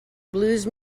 blues